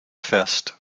fest